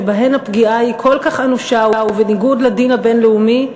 שבהן הפגיעה היא כל כך אנושה ובניגוד לדין הבין-לאומי,